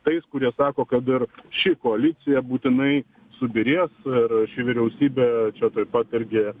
tais kurie sako kad ir ši koalicija būtinai subyrės ir ši vyriausybė čia tuoj pat irgi